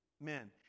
men